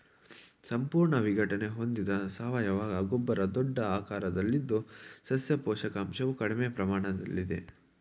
ಸಂಪೂರ್ಣ ವಿಘಟನೆ ಹೊಂದಿದ ಸಾವಯವ ಗೊಬ್ಬರ ದೊಡ್ಡ ಆಕಾರದಲ್ಲಿದ್ದು ಸಸ್ಯ ಪೋಷಕಾಂಶವು ಕಡಿಮೆ ಪ್ರಮಾಣದಲ್ಲಿದೆ